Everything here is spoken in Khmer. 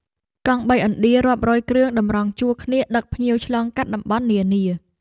កង់បីឥណ្ឌារាប់រយគ្រឿងតម្រង់ជួរគ្នាដឹកភ្ញៀវឆ្លងកាត់តំបន់នានា។